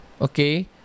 okay